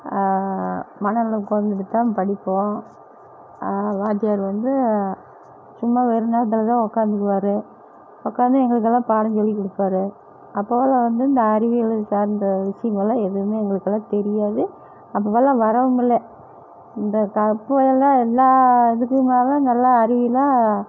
மணலில் உட்காந்துட்டு தான் படிப்போம் அதனால் வாத்தியார் வந்து சும்மா வேறு என்ன பண்ணுறது உட்காந்துருப்பாரு உட்காந்து எங்களுக்கெல்லாம் பாடம் சொல்லிக் கொடுப்பாரு அப்போதெல்லாம் வந்து இந்த அறிவியல் சார்ந்த விஷயமெல்லாம் எதுவுமே எங்களுக்கெல்லாம் தெரியாது அப்போதெல்லாம் வரவுமில்லை இந்த கற்பதெல்லாம் எல்லா இதுக்கும் மேல் நல்லா அறிவியலா